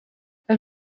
het